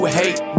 hate